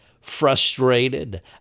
frustrated